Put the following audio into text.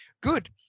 good